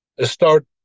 start